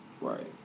Right